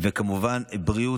וכמובן בריאות,